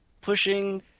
pushing